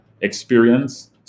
experience